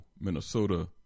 Minnesota